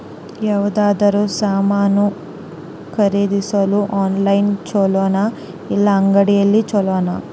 ಯಾವುದಾದರೂ ಸಾಮಾನು ಖರೇದಿಸಲು ಆನ್ಲೈನ್ ಛೊಲೊನಾ ಇಲ್ಲ ಅಂಗಡಿಯಲ್ಲಿ ಛೊಲೊನಾ?